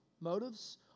motives